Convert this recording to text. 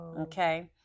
Okay